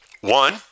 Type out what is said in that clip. One